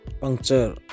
puncture